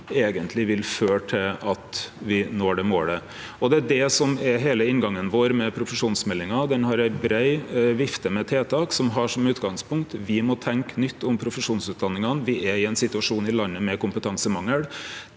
eigentleg vil føre til at me når det målet. Det er det som er heile inngangen vår med profesjonsmeldinga. Ho har ei brei vifte med tiltak som har dette som utgangspunkt: Me må tenkje nytt om profesjonsutdanningane. Me er i ein situasjon med kompetansemangel